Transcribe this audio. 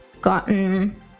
gotten